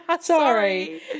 sorry